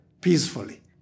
peacefully